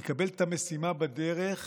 יקבל את המשימה בדרך,